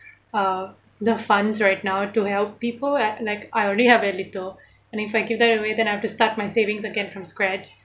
uh the funds right now to help people at like I only have a little and if I give that away then I have to start my savings again from scratch